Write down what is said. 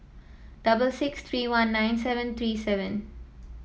double six three one nine seven three seven